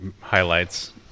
highlights